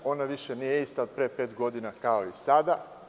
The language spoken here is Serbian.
Ona više nije ista, od pre pet godina kao i sada.